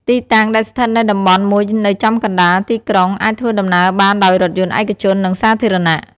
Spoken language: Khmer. ទីតាំង ដែលស្ថិតនៅតំបន់មួយនៅចំកណ្តាលទីក្រុង អាចធ្វើដំណើរបានដោយរថយន្តឯកជន និងសាធារណៈ។